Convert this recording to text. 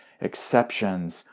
exceptions